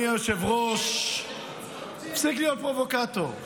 תפסיק להיות פרובוקטור.